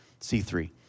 C3